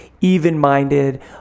even-minded